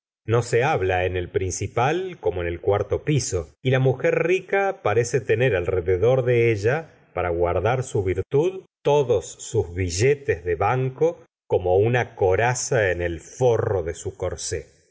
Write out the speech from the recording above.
no se habla en el principal como en el cuarto piso y la mujer rica parece tener alrededor de ella para guardar su virtud todos sus billetes de banco como una coraza en el forro de su corsé